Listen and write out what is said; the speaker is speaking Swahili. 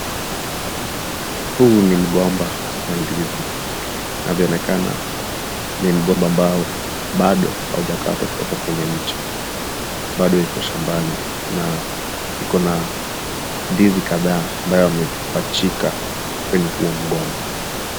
Huyu ni mgomba wa ndizi inavyoonekana ni mgomba ambao bado haujakatwa kutoka kwenye mti bado iko shambani na iko na ndizi kadhaa ambao imepachika kwenye huo mgomba.